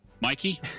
Mikey